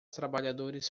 trabalhadores